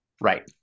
Right